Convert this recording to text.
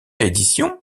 édition